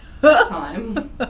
time